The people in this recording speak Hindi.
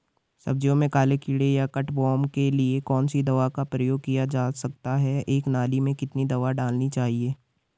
सब्जियों में काले कीड़े या कट वार्म के लिए कौन सी दवा का प्रयोग किया जा सकता है एक नाली में कितनी दवा डालनी है?